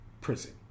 prison